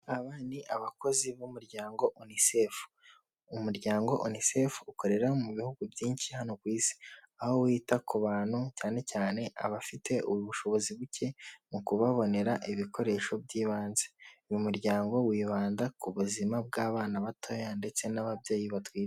Aba ni abakozi b'umuryango UNICEF umuryango ukorera mu bihugu byinshi hano ku isi, aho wita ku bantu cyane cyane abafite ubushobozi buke mu kubabonera ibikoresho by'ibanze, uyu muryango wibanda ku buzima bw'abana batoya ndetse n'ababyeyi batwite.